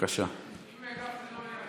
אם חבר כנסת גפני לא יהיה,